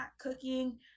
cooking